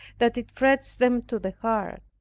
that it frets them to the heart.